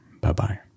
Bye-bye